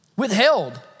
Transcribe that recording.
withheld